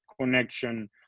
connection